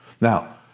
Now